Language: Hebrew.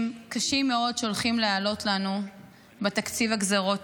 קשים מאוד שהולכים להעלות לנו בתקציב הגזרות: